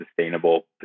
sustainable